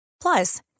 Plus